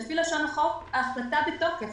לפי לשון החוק ההחלטה בתוקף,